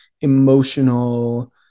emotional